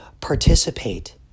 Participate